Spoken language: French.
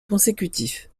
consécutif